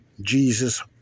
Jesus